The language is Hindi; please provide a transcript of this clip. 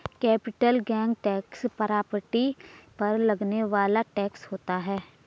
कैपिटल गेन टैक्स प्रॉपर्टी पर लगने वाला टैक्स होता है